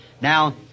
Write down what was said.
Now